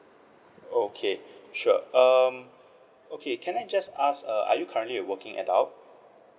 okay sure um okay can I just ask err are you currently a working adult